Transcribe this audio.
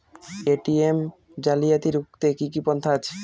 ATM জালিয়াতি রুখতে কি কি পন্থা আছে?